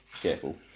Careful